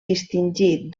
distingir